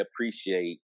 appreciate